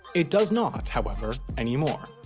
it does not, however, anymore.